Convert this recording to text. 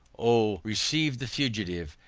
o! receive the fugitive,